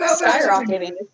skyrocketing